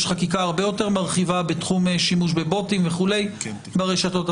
יש חקיקה הרבה יותר מרחיבה בתחום שימוש בבוטים וכולי ברשתות.